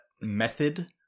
method